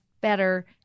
better